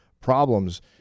problems